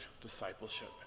discipleship